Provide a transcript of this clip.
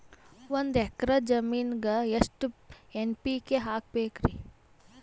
ಒಂದ್ ಎಕ್ಕರ ಜಮೀನಗ ಎಷ್ಟು ಎನ್.ಪಿ.ಕೆ ಹಾಕಬೇಕರಿ?